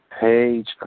Page